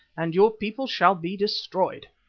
and your people shall be destroyed.